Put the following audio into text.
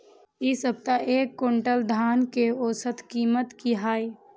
इ सप्ताह एक क्विंटल धान के औसत कीमत की हय?